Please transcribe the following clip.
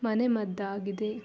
ಮನೆಮದ್ದಾಗಿದೆ